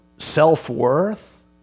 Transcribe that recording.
self-worth